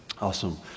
awesome